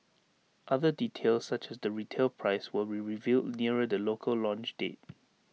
other details such as the retail price will be revealed nearer the local launch date